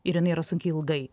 ir jinai yra sunki ilgai